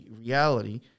reality